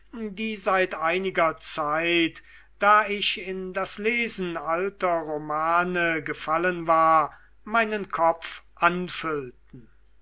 die seit einiger zeit da ich in das lesen alter romane gefallen war meinen kopf anfüllten